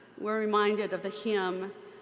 we're reminded of the hymn,